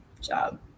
job